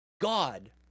God